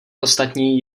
ostatní